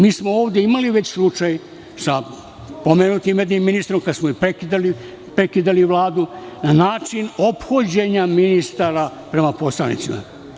Mi smo ovde već imali slučaj sa pomenutim ministrom, kada smo prekidali Vladu, na način ophođenja ministar prema poslanicima.